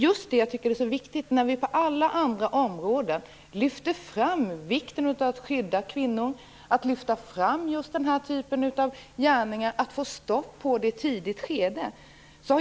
På alla andra områden lyfter vi fram vikten av att skydda kvinnor, lyfter fram problemen med denna typ av gärningar och att få stopp på dem i ett tidigt skede.